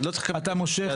אתה מושך זמן.